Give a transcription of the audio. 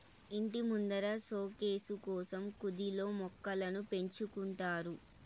ఇంటి ముందర సోకేసు కోసం కుదిల్లో మొక్కలను పెంచుకుంటారు